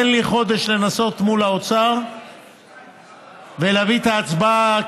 תן לי חודש לנסות מול האוצר ולהביא את ההצבעה,